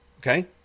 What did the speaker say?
Okay